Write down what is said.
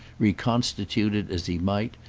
reconstituted as he might,